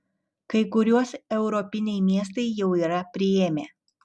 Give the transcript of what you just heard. kai kuriuos europiniai miestai jau yra priėmę